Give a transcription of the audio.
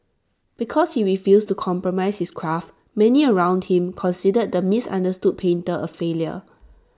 because he refused to compromise his craft many around him considered the misunderstood painter A failure